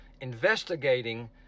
investigating